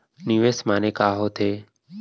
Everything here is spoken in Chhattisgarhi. निवेश माने का होथे?